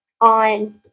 on